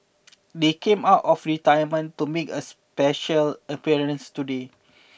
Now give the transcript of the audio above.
they came out of retirement to make a special appearance today